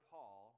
Paul